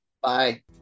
Bye